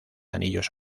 anillos